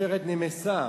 עופרת נמסה